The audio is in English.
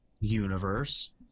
universe